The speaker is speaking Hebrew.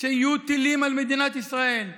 שיהיו טילים על מדינת ישראל.